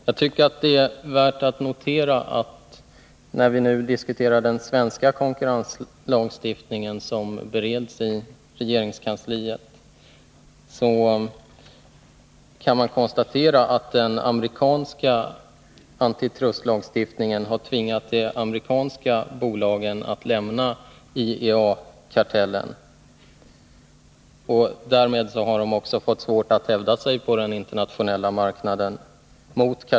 Jag tycker att det är värt att notera, när vi nu diskuterar den svenska konkurrenslagstiftningen, som bereds inom regeringskansliet, att den amerikanska antitrustlagstiftningen tvingat de amerikanska bolagen att lämna IEA-kartellen. Därmed har de också fått svårt att hävda sig mot kartellen på den internationella marknaden.